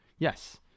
yes